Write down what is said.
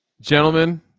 Gentlemen